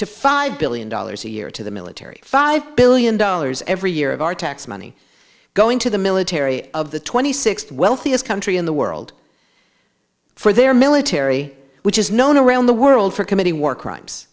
to five billion dollars a year to the military five billion dollars every year of our tax money going to the military of the twenty sixth wealthiest country in the world for their military which is known around the world for committing war crimes